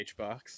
Hbox